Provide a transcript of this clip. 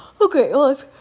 Okay